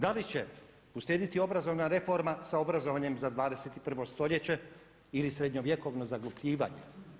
Da li će uslijediti obrazovna reforma sa obrazovanje za 21. stoljeće ili srednjovjekovno zaglupljivanje?